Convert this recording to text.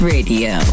Radio